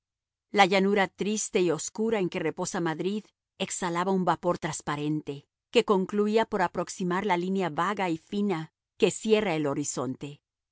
la llanura triste y oscura en que reposa madrid exhalaba un vapor trasparente que concluía por aproximar la línea vaga y fina que cierra el horizonte